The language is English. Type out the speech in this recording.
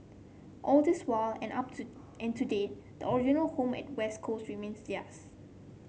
all this while and up to and to date the original home at West Coast remains theirs